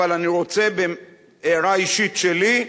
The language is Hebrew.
אבל אני רוצה בהערה אישית שלי,